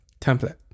template